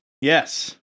Yes